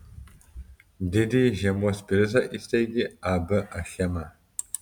didįjį žiemos prizą įsteigė ab achema